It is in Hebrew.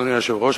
אדוני היושב-ראש,